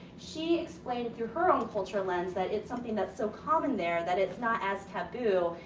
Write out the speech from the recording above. she explained it through her own cultural lens that it's something that's so common there that it's not as taboo.